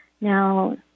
Now